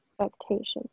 expectations